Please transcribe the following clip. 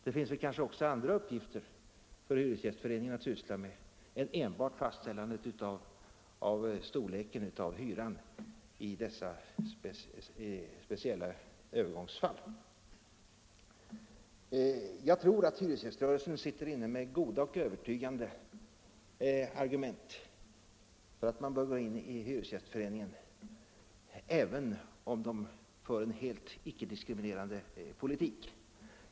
Det finns väl också andra uppgifter för hyresgäströrelsen att syssla med än enbart fastställandet av storleken på hyran i dessa speciella övergångsfall. Jag tror att hyresgäströrelsen sitter inne med goda och övertygande argument för att man bör gå in i en hyresgästförening även om hyresgäströrelsen för en icke-diskriminerande politik.